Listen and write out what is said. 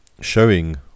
showing